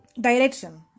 direction